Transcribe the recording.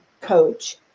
coach